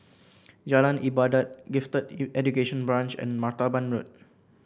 Jalan Ibadat Gifted Education Branch and Martaban Road